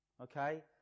okay